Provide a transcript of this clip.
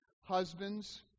Husbands